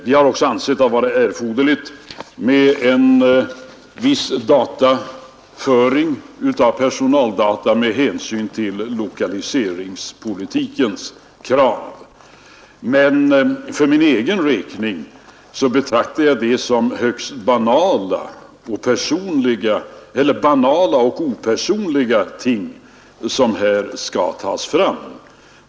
Vi har också ansett det erforderligt med en viss registrering av personaldata med hänsyn till lokaliseringspolitikens krav. För egen del betraktar jag de uppgifter som här skall tas fram som högst banala och opersonliga.